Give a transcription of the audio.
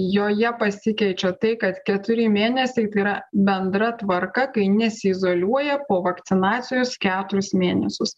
joje pasikeičia tai kad keturi mėnesiai tai yra bendra tvarka kai nesiizoliuoja po vakcinacijos keturis mėnesius